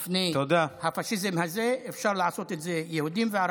לא לפני שנה וחצי ולא בימים